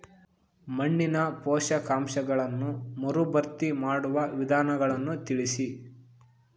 ಮಣ್ಣಿನ ಪೋಷಕಾಂಶಗಳನ್ನು ಮರುಭರ್ತಿ ಮಾಡುವ ವಿಧಾನಗಳನ್ನು ತಿಳಿಸಿ?